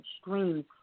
streams